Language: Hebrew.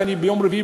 ביום רביעי,